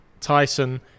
Tyson